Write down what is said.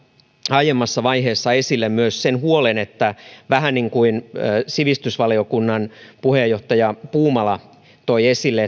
aiemmassa vaiheessa esille myös sen huolen että vähän niin kuin sivistysvaliokunnan puheenjohtaja puumala toi esille